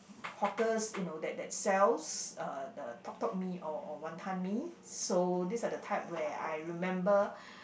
hawkers you know that that sells uh the Tok Tok Mee or or Wanton-Mee so this are the type where I remember